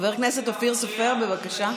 חבר הכנסת אופיר סופר, בבקשה.